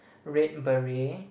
red beret